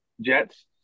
Jets